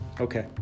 Okay